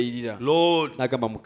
Lord